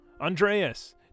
Andreas